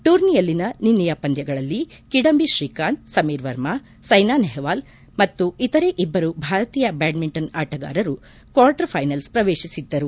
ಟೂರ್ನಿಯಲ್ಲಿನ ನಿನ್ನೆ ಪಂದ್ಚಗಳಲ್ಲಿ ಕಿಡಂಬಿ ಶ್ರೀಕಾಂತ್ ಸಮೀರ್ ವರ್ಮ ಸೈನಾ ನೆಹ್ನಾಲ್ ಮತ್ತು ಇತರೆ ಇಬ್ಲರು ಭಾರತೀಯ ಬ್ಯಾಡ್ನಿಂಟನ್ ಆಟಗಾರರು ಕ್ವಾರ್ಟರ್ಫೈನಲ್ಸ್ ಪ್ರವೇಶಿಸಿದ್ದರು